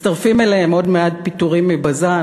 מצטרפים להם עוד מעט פיטורים מ"בזן",